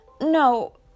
No